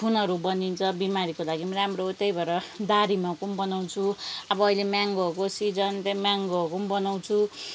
खुनहरू बनिन्छ बिमारीको लागि पनि राम्रो त्यही भएर दारिमहरूको पनि बनाउँछु अब अहिले म्याङ्गोहरूको सिजन म्याङ्गोहरूको पनि बनाउँछु